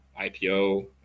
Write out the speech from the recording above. IPO